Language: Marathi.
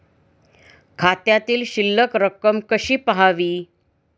खात्यामधील शिल्लक रक्कम कशी पहावी?